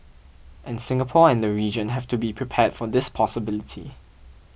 and Singapore and the region have to be prepared for this possibility